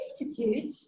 institute